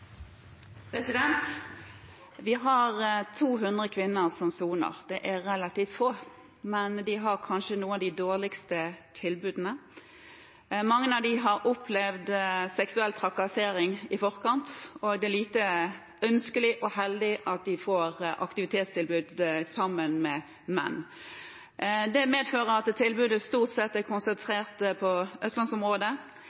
Vi har 200 kvinner som soner. Det er relativt få, men de har kanskje noen av de dårligste tilbudene. Mange av dem har opplevd seksuell trakassering i forkant, og det er lite ønskelig og heldig at de får aktivitetstilbud sammen med menn. Det medfører at tilbudet stort sett er